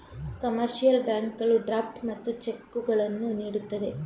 commercial ಬ್ಯಾಂಕುಗಳು draft ಮತ್ತು ಚೆಕ್ಕುಗಳನ್ನು ನೀಡುತ್ತದೆ